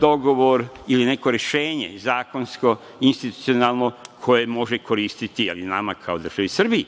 dogovor ili neko rešenje zakonsko, institucionalno koje može koristiti, ali i nama kao državi Srbiji